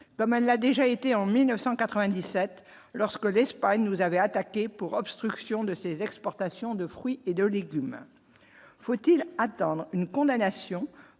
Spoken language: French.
comme elle l'a déjà été en 1997 lorsque l'Espagne nous avaient attaqués pour obstruction de ses exportations de fruits et de légumes, faut-il attendre une condamnation